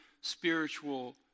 spiritual